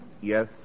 Yes